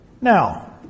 Now